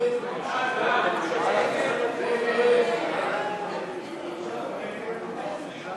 להסיר מסדר-היום את הצעת חוק הביטוח הלאומי (תיקון,